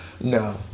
No